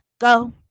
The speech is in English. go